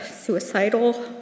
suicidal